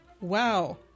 wow